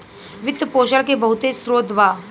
वित्त पोषण के बहुते स्रोत बा